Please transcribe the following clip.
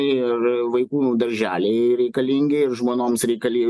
ir vaikų darželiai reikalingi ir žmonoms reikali